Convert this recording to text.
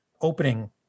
opening